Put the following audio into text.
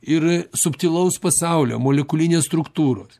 ir subtilaus pasaulio molekulinės struktūros